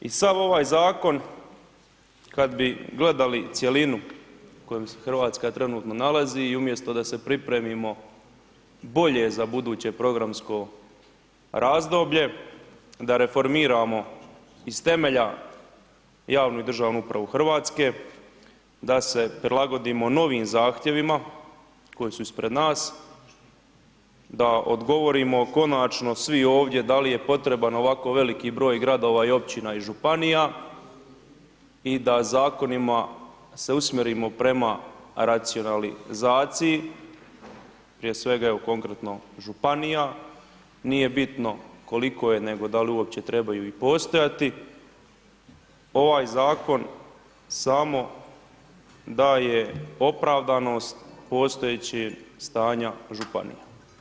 I sav ovaj zakon kad bi gledali cjelinu u kojoj se RH trenutno nalazi i umjesto da se pripremimo bolje za buduće programsko razdoblje, da reformiramo iz temelja javnu i državnu upravu RH, da se prilagodimo novim zahtjevima koji su ispred nas, da odgovorimo konačno svi ovdje da li je potreban ovako veliki broj gradova i općina i županija i da zakonima se usmjerimo prema racionalizaciji, prije svega evo konkretno, županija, nije bitno koliko je, nego da li uopće trebaju i postojati, ovaj zakon samo daje opravdanost postojećeg stanja županija.